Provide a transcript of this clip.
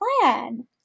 plan